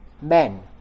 men